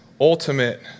ultimate